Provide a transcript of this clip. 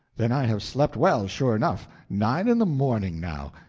then i have slept well, sure enough. nine in the morning now!